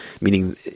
meaning